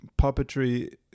puppetry –